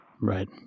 Right